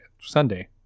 sunday